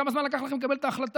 כמה זמן לקח לכם לקבל את ההחלטה?